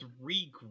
three